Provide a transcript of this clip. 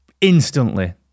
instantly